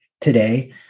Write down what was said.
today